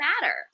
matter